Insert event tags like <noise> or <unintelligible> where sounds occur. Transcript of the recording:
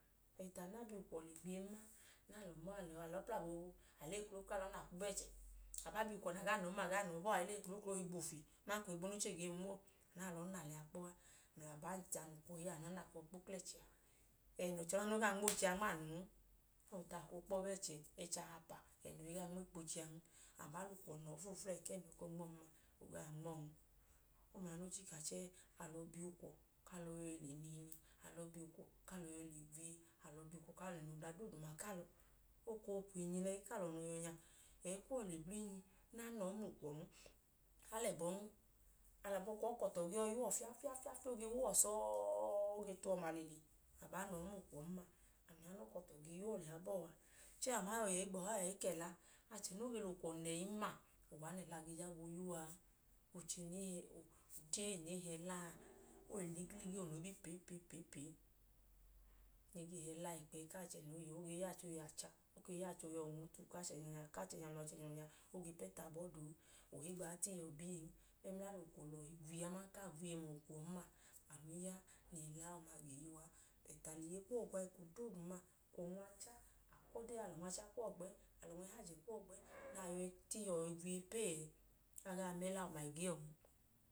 <unintelligible> a bi ukwọ le gwiyen ma. Anọọ a, a lọọ pla boobu, a leyi kloklo, a kwu kpo bẹchẹ. A baa bi ukwọ nọọn ma, a gaa nọọ, a leyi kloklo, a kwu kpo bẹchẹ. Aman ka ohigbu nẹ ochee gee ma uwọ. A na a lọọ na liya kpọ a, mla abọ ancha nẹ ukwọ i yọ anun ma. Na a kwu ọọ kpo klẹchẹ, ẹnọ chọ naana, o gaa nmo oche a nma anun. O huwọ ọtu a koo kpọọ klẹchẹ ẹchi ahapa, ẹnọ i gaa nmo ikpoche an. A baa lẹ ukwọ nọọ fluflu ẹẹ ku ẹnọ koo nmọọn ma, o gaa nmo ọọn. Ọma ya nẹ o chika chẹẹ ku alọ bi ukwọ ku alọ ge bi le na ili, le gwiye, alọ bi ukwọ ku alọ le na ọda doodu ku alọ. O koo kwu inyilẹyi ku alọ noo yọ nya, ẹyi kuwọ le blinyi na a nọọ mla ukwọn, a lẹ ẹbọn. A lẹ abọ kwu ọọ, ọkọtọ gee ya uwọ fiya, fiya, fiya ge wa uwọ sọọọ, ge tuwọ ọmalili abaa na ọọ mla ukwọn ma. Anu ya nẹ ọkọtọ ge yuwọ nyaa bọọ a. Chẹẹ, a ma yọi yẹ igbọha ẹẹ, e ka ẹla. Achẹ no ge lẹ ukwọ na ẹyin ma, ọma ya nẹ ẹla ge jabọ ooya uwa a. Oche ne hi, odee ne hi ẹla a, le ligi ligi onobi pe pe pe nẹ e ge hi ẹla a. Ikpẹyi ku achẹ noo ge yọ a. O ge yọ achẹ ohi acha. O ke i yọ achẹ ohi ọnwu-utu ka achẹnya nya mla achẹnyilọ nya duu. Ohigbu ka a tu iye ọọ biyen aman ka a lẹ ukwọ olọhi gwiyen ma, anu ya ẹẹ nẹ ẹla ọma ge ya uwa a. Bẹt le iye kuwọ gwa eko dooduma a kwu ọnwu acha. A kwu ọdee u a lẹ ọnwu acha kuwọ gbẹ, a lẹ ahajẹ kuwọ gbẹ nẹ a leyi ta iyuwọ na yọi gwiye pee ẹẹ, a gaa ma ẹla ọma ẹgiiyọn.